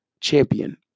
champion